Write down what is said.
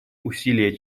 усилия